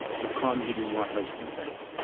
you can't give me my husband back.